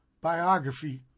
biography